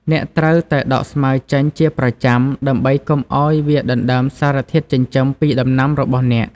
អ្នកត្រូវតែដកស្មៅចេញជាប្រចាំ ដើម្បីកុំឱ្យវាដណ្តើមសារធាតុចិញ្ចឹមពីដំណាំរបស់អ្នក។